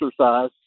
exercise